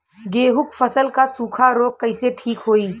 गेहूँक फसल क सूखा ऱोग कईसे ठीक होई?